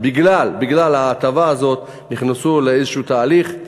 בגלל ההטבה הזאת נכנסו לאיזה תהליך,